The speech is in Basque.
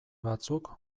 batzuk